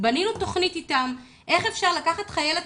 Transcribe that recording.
בנינו תוכנית אתם - איך אפשר לקחת חייל או